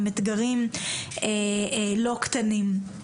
עם אתגרים לא קטנים.